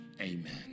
Amen